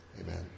Amen